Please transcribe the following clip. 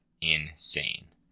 insane